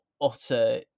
utter